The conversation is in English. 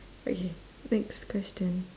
okay next question